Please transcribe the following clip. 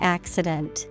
Accident